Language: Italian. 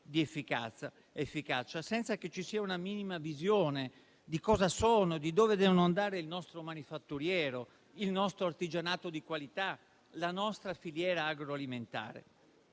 di efficacia. Non c'è la minima visione di cosa sono e dove devono andare il nostro manifatturiero, il nostro artigianato di qualità, la nostra filiera agroalimentare.